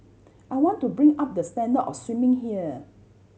I want to bring up the standard of swimming here